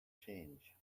change